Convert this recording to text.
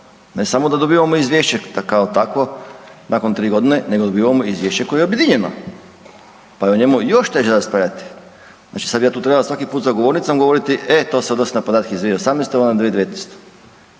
ne samo da dobivamo izvješće kao takvo nakon 3 godine, nego dobivamo izvješće koje je objedinjeno pa je o njemu još teže raspravljati. Znači sad bi ja tu trebao svaki put za govornicom govoriti e to se odnosi na podatke iz 2018. ovo na 2019.,